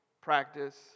practice